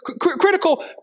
critical